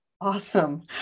Awesome